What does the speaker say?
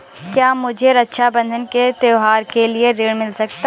क्या मुझे रक्षाबंधन के त्योहार के लिए ऋण मिल सकता है?